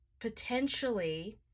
potentially